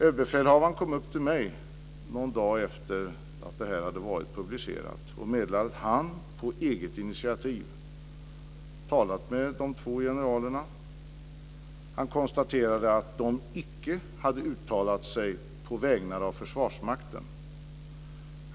Överbefälhavaren kom upp till mig någon dag efter det att detta hade varit publicerat och meddelade att han på eget initiativ talat med de två generalerna. Han konstaterade att de icke hade uttalat sig på Försvarsmaktens vägnar.